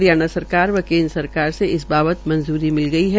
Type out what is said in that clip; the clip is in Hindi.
हरियाणा सरकार व केन्द्र सरकार से इस बाबत मंज्री मिल गई है